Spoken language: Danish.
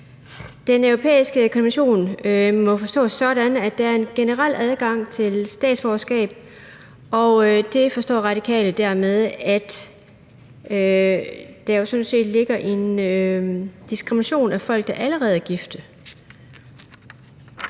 Den europæiske konvention må forstås sådan, at der er en generel adgang til statsborgerskab, og Radikale forstår det sådan, at der her jo sådan set ligger en diskrimination af folk, der allerede er gift.